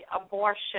abortion